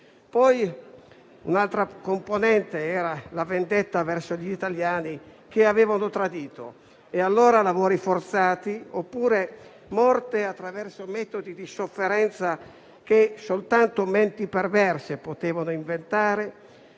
Un'altra componente era la vendetta verso gli italiani che avevano tradito. E, allora, lavori forzati, oppure morte attraverso metodi di sofferenza che soltanto menti perverse potevano inventare,